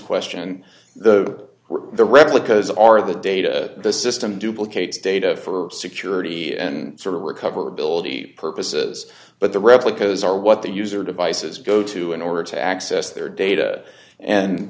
question the were the replicas are the data the system duplicate data for security and sort of recoverability purposes but the replicas are what the user devices go to in order to access their data and